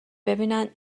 ببینن